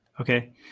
Okay